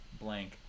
blank